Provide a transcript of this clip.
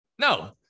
no